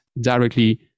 directly